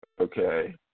Okay